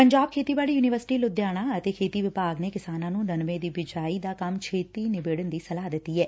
ਪੰਜਾਬ ਖੇਤੀਬਾੜੀ ਯੂਨੀਵਰਸਿਟੀ ਲੁਧਿਆਣਾ ਅਤੇ ਖੇਤੀ ਵਿਭਾਗ ਨੇ ਕਿਸਾਨਾਂ ਨੂੰ ਨਰਮੇ ਦੀ ਬਿਜਾਈ ਦਾ ਕੰਮ ਛੇਤੀ ਨਿਬੇੜਨ ਦੀ ਸਲਾਹ ਦਿੱਤੀ ਏ